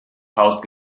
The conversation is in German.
faust